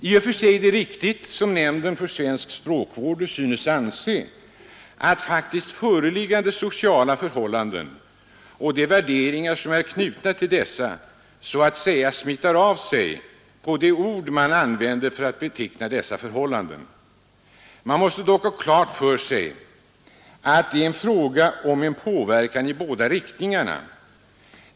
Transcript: I och för sig är det riktigt, som Nämnden för svensk språkvård synes anse, att faktiskt föreliggande sociala förhållanden och de värderingar som är knutna till dessa så att säga smittar av sig på de ord man använder för att beteckna dessa förhållanden. Man måste dock ha klart för sig att det är fråga om en påverkan i båda riktningarna.